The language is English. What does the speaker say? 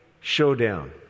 showdown